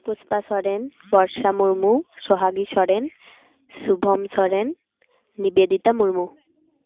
Pushpa Soren Barsa Murmu Sohagi Soren Subham Soren Nibedita Murmu